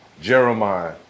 Jeremiah